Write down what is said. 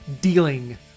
dealing